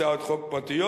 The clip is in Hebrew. הצעות חוק פרטיות,